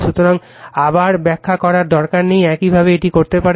সুতরাং আবার ব্যাখ্যা করার দরকার নেই একইভাবে এটি করতে পারেন